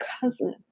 cousin